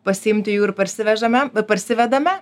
pasiimti jų ir parsivežame parsivedame